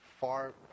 far